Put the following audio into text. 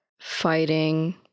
fighting